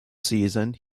season